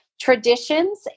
traditions